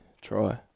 try